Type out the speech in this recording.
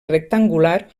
rectangular